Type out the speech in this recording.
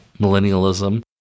millennialism